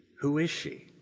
who is she?